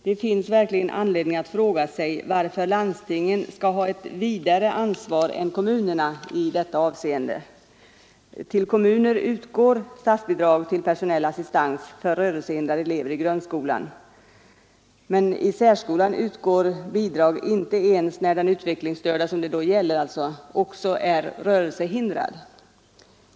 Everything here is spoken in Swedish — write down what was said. Det finns verkligen anledning att fråga sig varför landstingen skall ha ett vidare ansvar än kommunerna i detta avseende. Till kommuner utgår statsbidrag till personell assistans för rörelsehindrade elever i grundskolan, men i särskolan utgår bidrag inte ens när den utvecklingsstörde eleven också är rörelsehindrad.